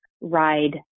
ride